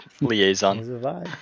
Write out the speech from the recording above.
liaison